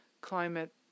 climate